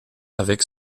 avec